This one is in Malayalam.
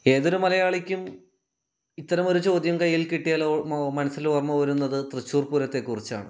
ഏതൊരു മലയാളിക്കും ഇത്തരമൊരു ചോദ്യം കയ്യിൽ കിട്ടിയാൽ ഓ മോ മനസ്സിൽ ഓർമ്മ വരുന്നത് തൃശ്ശൂർ പൂരത്തെക്കുറിച്ചാണ്